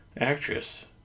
actress